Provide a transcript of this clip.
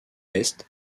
est